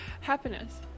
Happiness